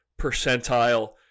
percentile